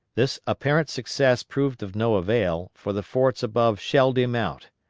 this apparent success proved of no avail, for the forts above shelled him out.